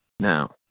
Now